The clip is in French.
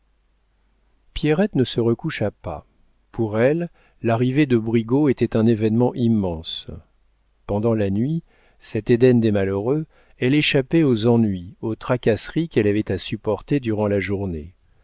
pierrette ne se recoucha pas pour elle l'arrivée de brigaut était un événement immense pendant la nuit cet éden des malheureux elle échappait aux ennuis aux tracasseries qu'elle avait à supporter durant la journée